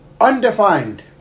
Undefined